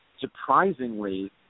surprisingly